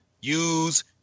use